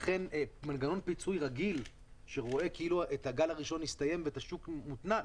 לכן מנגנון פיצוי רגיל שמבחינתו כאילו הגל הראשון הסתיים והשוק מותנע,